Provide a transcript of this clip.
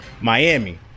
Miami